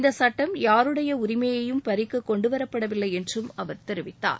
இந்த சட்டம் யாருடைய உரிமையையும் பறிக்க கொண்டுவரப்படவில்லை என்றும் அவர் தெரிவித்தார்